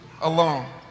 alone